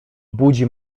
budzi